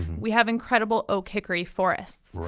we have incredible oak-hickory forests,